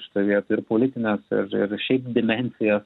šitoj vietoj ir politines ir ir šiaip dimensijas